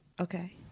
Okay